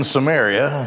Samaria